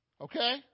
okay